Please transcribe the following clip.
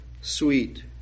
sweet